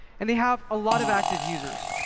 and they have a lot of active users.